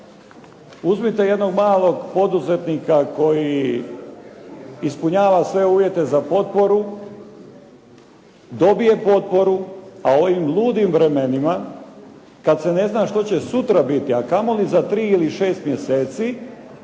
Uzmite jednog malog poduzetnika koji ispunjava sve uvjete za potporu, dobije potporu, a u ovim ludim vremenima kad se ne zna što će sutra biti, a kamoli za tri ili šest mjeseci,